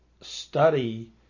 study